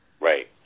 Right